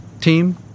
team